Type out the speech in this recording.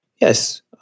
yes